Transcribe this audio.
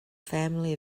family